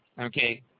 Okay